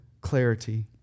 clarity